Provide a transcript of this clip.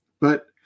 but-